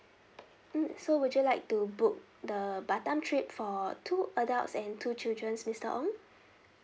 mm so would you like to book the batam trip for two adults and two children mister ong